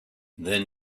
then